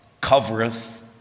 covereth